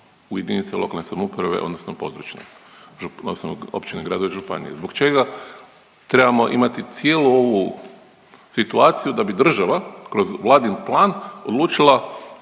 u jedinice lokalne samouprave, odnosno područne, odnosno općine, gradovi i županije. Zbog čega trebamo imati cijelu ovu situaciju da bi država kroz Vladin plan odlučila